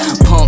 Pump